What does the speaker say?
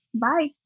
Bye